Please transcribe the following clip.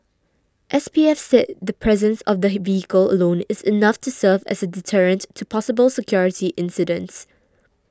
S P F said the presence of the vehicle alone is enough to serve as a deterrent to possible security incidents